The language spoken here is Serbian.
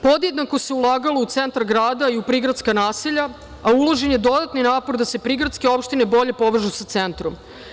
Podjednako se ulagalo u centar grada i u prigradska naselja, a uložen je dodatni napor da se prigradske opštine bolje povežu sa centrom.